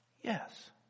yes